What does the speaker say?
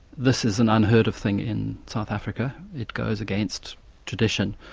this is an unheard-of thing in south africa it goes against tradition,